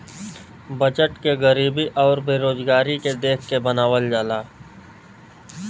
budget के गरीबी आउर बेरोजगारी के देख के बनावल जाला